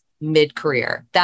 mid-career